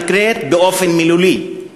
הנקראת "באופן מילולי",